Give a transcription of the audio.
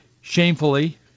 Shamefully